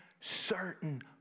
certain